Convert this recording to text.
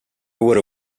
would